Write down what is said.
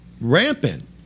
rampant